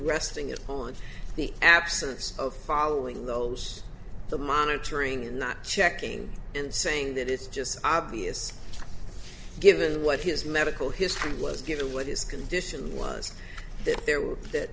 resting it all in the absence of following those the monitoring in that checking and saying that it's just obvious given what his medical history was given what his condition was that